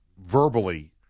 Verbally